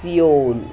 Seoul